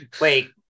Wait